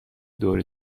دور